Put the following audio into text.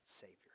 Savior